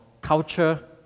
culture